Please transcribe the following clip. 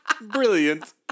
Brilliant